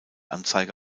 anzeige